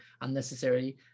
unnecessarily